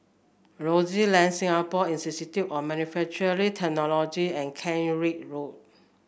Aroozoo Lane Singapore Institute of Manufacturing Technology and Kent Ridge Road